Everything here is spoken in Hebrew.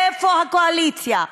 איפה הקואליציה?